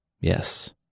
Yes